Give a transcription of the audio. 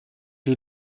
die